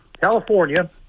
California